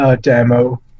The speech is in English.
demo